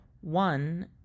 One